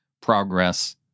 progress